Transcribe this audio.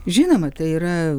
žinoma tai yra